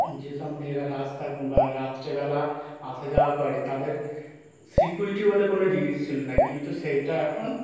যেসব মেয়েরা রাস্তা বা রাত্রেবেলা আসা যাওয়া করে তাদের সিকউরিটি বলে কোনো জিনিস ছিলো না কিন্তু সেইটা এখন